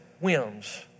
whims